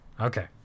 okay